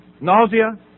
nausea